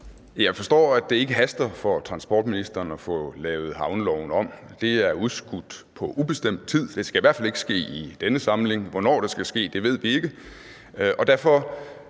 Jeg forstår, at det ikke haster for transportministeren at få lavet havneloven om – det er udskudt på ubestemt tid, for det skal i hvert fald ikke ske i denne samling. Hvornår det skal ske, ved vi ikke, og derfor